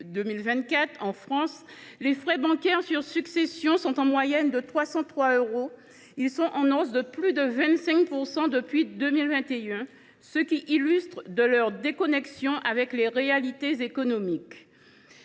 2024, les frais bancaires sur succession sont, en France, en moyenne, de 303 euros. Ils ont augmenté de plus de 25 % depuis 2021, ce qui illustre leur déconnexion avec les réalités économiques.